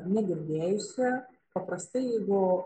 negirdėjusi paprastai jeigu